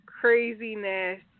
craziness